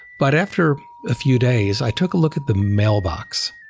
but after a few days, i took a look at the mailbox,